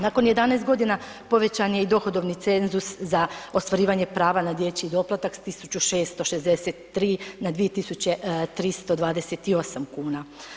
Nakon 11.g. povećan je i dohodovni cenzus za ostvarivanje prava na dječji doplatak s 1.663,00 kn na 2.328,00 kn.